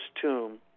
tomb